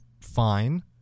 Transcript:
fine